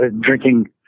drinking